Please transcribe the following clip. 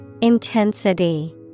Intensity